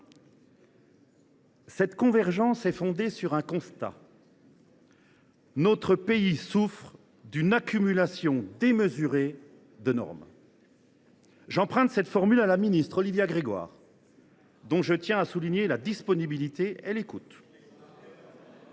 Cette convergence est fondée sur un constat partagé :« Notre pays souffre d’une accumulation démesurée de normes !» J’emprunte cette formule à la ministre Olivia Grégoire, dont je tiens à souligner la disponibilité et l’écoute.